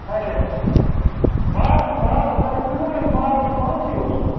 آچھا باغہٕ مال تۄہہِ کٔنِو حظ مال کِنہٕ پانسٕے اوسُو